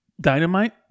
Dynamite